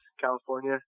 California